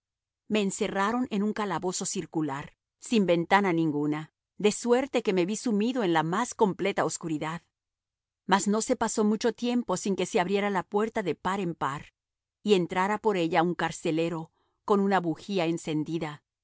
me encerraron en un calabozo circular sin ventana ninguna de suerte que me vi sumido en la más completa oscuridad mas no se pasó mucho tiempo sin que se abriera la puerta de par en par y entrara por ella un carcelero con una bujía encendida